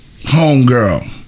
homegirl